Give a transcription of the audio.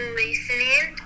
listening